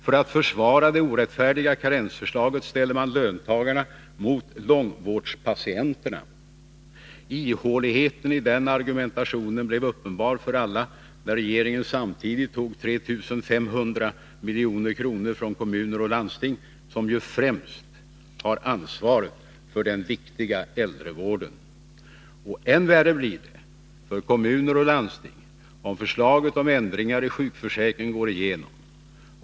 För att försvara det orättfärdiga karensförslaget ställer man löntagarna mot långvårdspatienterna. Ihåligheten i den argumentationen blev uppenbar för alla när regeringen samtidigt tog 3500 milj.kr. från kommuner uch landsting, som ju främst har ansvaret för den viktiga äldrevården. Och än värre blir det för kommuner och landsting om förslaget om ändringar i sjukförsäkringen går igenom.